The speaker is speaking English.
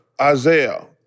Isaiah